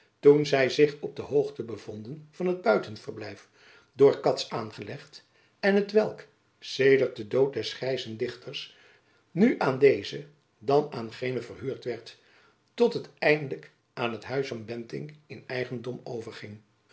toen zy zich op de hoogte bevonden van het buitenverblijf door cats aangelegd en hetwelk sedert den dood des grijzen dichters nu aan dezen dan aan genen verhuurd werd tot het eindelijk aan het huis van bentinck in eigendom